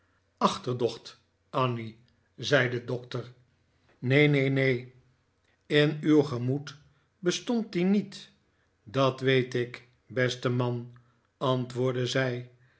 achterdocht annie zei de doctor neen neen neen in uw gemoed bestond die niet dat weet ik beste man antwoordde zij